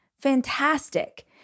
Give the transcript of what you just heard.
Fantastic